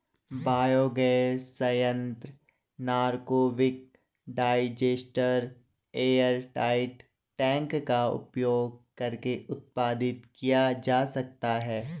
biogas संयंत्र anaerobic digester airtight tank का उपयोग करके उत्पादित किया जा सकता है